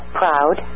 proud